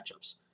matchups